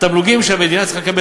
תמלוגים שהמדינה צריכה לקבל,